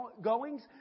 goings